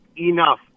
enough